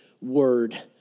word